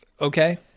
Okay